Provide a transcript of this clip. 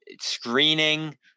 screening